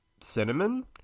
cinnamon